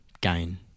gain